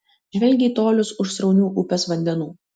žvelgia į tolius už sraunių upės vandenų